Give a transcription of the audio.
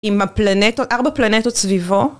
עם הפלנטות, ארבע פלנטות סביבו